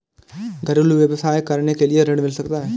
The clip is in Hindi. घरेलू व्यवसाय करने के लिए ऋण मिल सकता है?